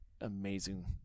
amazing